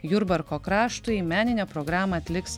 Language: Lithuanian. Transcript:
jurbarko kraštui meninę programą atliks